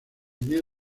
día